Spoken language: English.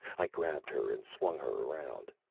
i grabbed her and swung her around.